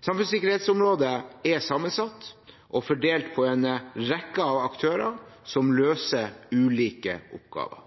Samfunnssikkerhetsområdet er sammensatt og fordelt på en rekke aktører som løser ulike oppgaver.